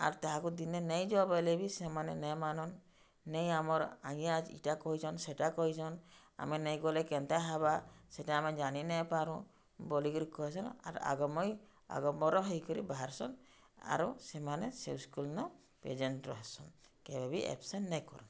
ଆର୍ ତାହାକୁ ଦିନେ ନେଇଯ ବଏଲେ ବି ସେମାନେ ନାଇଁ ମାନନ୍ ନେଇ ଆମର୍ ଆଜ୍ଞା ଇଟା କହିଚନ୍ ସେଟା କହିଚନ୍ ଆମେ ନେଇଗଲେ କେନ୍ତା ହେବା ସେଟା ଆମେ ଜାଣି ନାଇ ପାରୁଁ ବୋଲିକିରି କହିସନ୍ ଆର୍ ଆଗମଇ ଆଡମ୍ବର ହେଇକରି ବାହାର୍ସନ୍ ଆରୁ ସେମାନେ ସେ ସ୍କୁଲ୍ନ ପ୍ରେଜେଣ୍ଟ୍ ରହେସନ୍ କେବେ ବି ଆବ୍ସେଣ୍ଟ୍ ନେ କରନ୍